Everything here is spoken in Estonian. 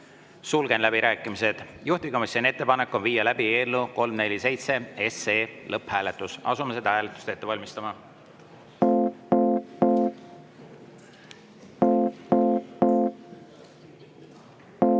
Sulgen läbirääkimised. Juhtivkomisjoni ettepanek on viia läbi eelnõu 347 lõpphääletus. Asume seda hääletust ette valmistama. Panen